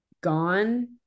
gone